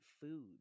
food